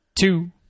two